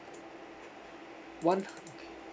one hun~ okay